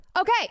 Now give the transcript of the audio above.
okay